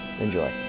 Enjoy